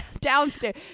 downstairs